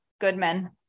Goodman